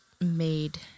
made